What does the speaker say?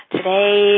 Today